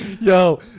Yo